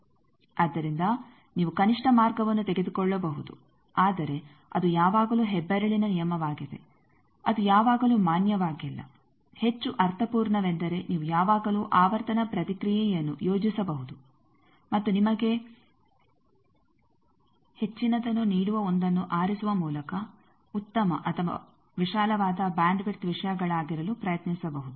ಆದ್ದರಿಂದ ನೀವು ಕನಿಷ್ಠ ಮಾರ್ಗವನ್ನು ತೆಗೆದುಕೊಳ್ಳಬಹುದು ಆದರೆ ಅದು ಯಾವಾಗಲೂ ಹೆಬ್ಬೆರಳಿನ ನಿಯಮವಾಗಿದೆ ಅದು ಯಾವಾಗಲೂ ಮಾನ್ಯವಾಗಿಲ್ಲ ಹೆಚ್ಚು ಅರ್ಥಪೂರ್ಣವೆಂದರೆ ನೀವು ಯಾವಾಗಲೂ ಆವರ್ತನ ಪ್ರತಿಕ್ರಿಯೆಯನ್ನು ಯೋಜಿಸಬಹುದು ಮತ್ತು ನಿಮಗೆ ಹೆಚ್ಚಿನದನ್ನು ನೀಡುವ 1ಅನ್ನು ಆರಿಸುವ ಮೂಲಕ ಉತ್ತಮ ಅಥವಾ ವಿಶಾಲವಾದ ಬ್ಯಾಂಡ್ ವಿಡ್ತ್ ವಿಷಯಗಳಾಗಿರಲು ಪ್ರಯತ್ನಿಸಬಹುದು